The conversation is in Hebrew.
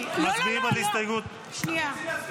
מצביעים על הסתייגות --- לא, לא, שנייה.